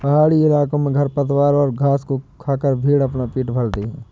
पहाड़ी इलाकों में खरपतवारों और घास को खाकर भेंड़ अपना पेट भरते हैं